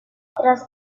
tras